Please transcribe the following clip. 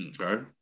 Okay